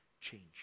Change